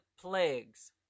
plagues